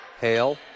Hale